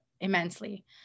immensely